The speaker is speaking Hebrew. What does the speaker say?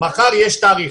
מחר יש תאריך,